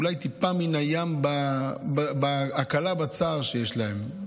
אולי טיפה מן הים בהקלה בצער שיש להן,